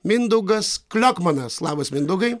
mindaugas kliokmanas labas mindaugai